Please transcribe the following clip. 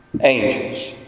angels